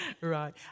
right